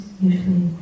usually